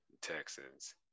Texans